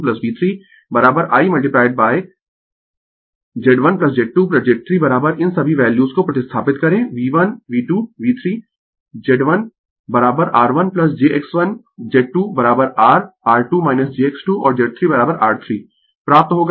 Z1 Z2 Z 3 इन सभी values को प्रतिस्थापित करें V1 V2 V3 Z1R1 jX1Z2 r R2 jX2 और Z 3 R3